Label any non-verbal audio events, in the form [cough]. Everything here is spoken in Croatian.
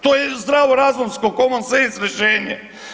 To je zdravo razumsko … [unintelligible] rješenje.